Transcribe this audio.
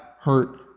hurt